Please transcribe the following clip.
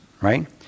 right